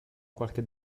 qualche